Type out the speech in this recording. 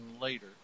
later